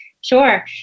Sure